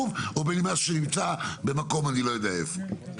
אני אומר את זה